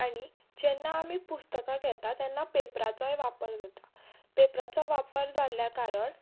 आनी जेन्ना आमी पुस्तकां घेता तेन्ना पेपराचोय वापर जाता पेपराचो वापर जाल्ल्या कारण